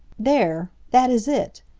there! that is it!